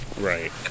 Right